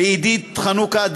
עידית חנוכה,